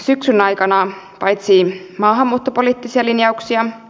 syksyn aikana metsiin maahanmuuttopoliittisia painettu